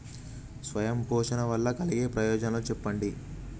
స్వయం పోషణ వల్ల కలిగే ప్రయోజనాలు చెప్పండి?